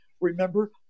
Remember